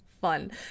fun